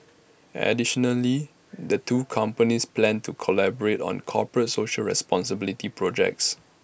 additionally the two companies plan to collaborate on corporate social responsibility projects